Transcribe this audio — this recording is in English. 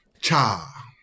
Cha